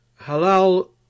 Halal